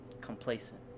complacent